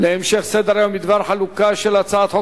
להמשך סדר-היום: החלטת ועדת הכלכלה בדבר חלוקה של הצעת חוק